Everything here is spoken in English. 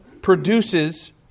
Produces